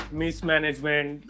mismanagement